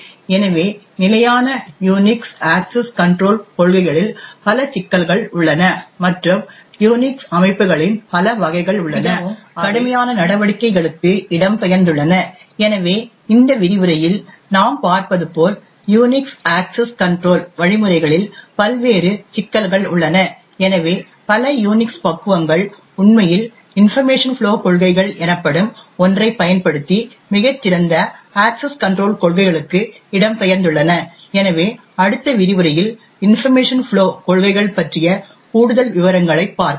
எனவே நிலையான Unix access control கொள்கைகளில் பல சிக்கல்கள் உள்ளன மற்றும் யூனிக்ஸ் அமைப்புகளின் பல வகைகள் உள்ளன அவை உண்மையில் மிகவும் கடுமையான நடவடிக்கைகளுக்கு இடம்பெயர்ந்துள்ளன எனவே இந்த விரிவுரையில் நாம் பார்ப்பது போல் யூனிக்ஸ் அக்சஸ் கன்ட்ரோல் வழிமுறைகளில் பல்வேறு சிக்கல்கள் உள்ளன எனவே பல யூனிக்ஸ் பக்குவங்கள் உண்மையில் இன்பர்மேஷன் ஃப்ளோ கொள்கைகள் எனப்படும் ஒன்றைப் பயன்படுத்தி மிகச் சிறந்த அக்சஸ் கன்ட்ரோல் கொள்கைகளுக்கு இடம்பெயர்ந்துள்ளன எனவே அடுத்த விரிவுரையில் இன்பர்மேஷன் ஃப்ளோ கொள்கைகள் பற்றிய கூடுதல் விவரங்களைப் பார்ப்போம்